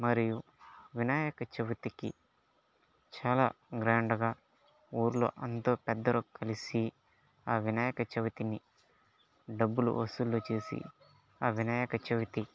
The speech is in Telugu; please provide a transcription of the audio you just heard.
మరియు వినాయక చవితికి చాలా గ్రాండ్ గా ఊర్లో అంతో పెద్దలు కలిసి ఆ వినాయక చవితిని డబ్బులు వసూళ్లు చేసి ఆ వినాయక చవితి